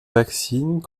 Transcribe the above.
vaccine